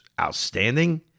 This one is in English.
outstanding